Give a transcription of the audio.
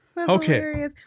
Okay